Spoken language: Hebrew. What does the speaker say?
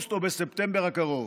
באוגוסט או בספטמבר הקרוב.